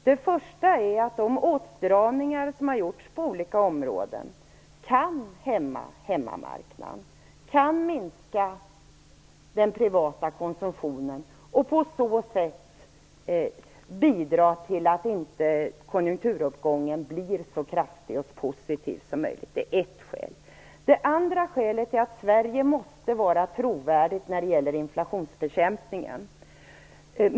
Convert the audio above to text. Det första är att de åtstramningar som har gjorts på olika områden kan hämma hemmamarknaden samt minska den privata konsumtionen och kan på så sätt bidra till att konjunkturuppgången inte blir så kraftig och positiv som möjligt. Det andra skälet är att Sverige måste vara trovärdigt när det gäller inflationsbekämpningen.